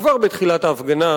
כבר בתחילת ההפגנה,